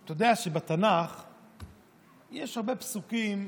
אתה יודע שבתנ"ך יש הרבה פסוקים,